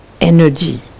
energy